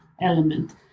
element